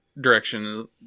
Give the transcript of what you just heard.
direction